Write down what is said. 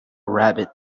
rabbit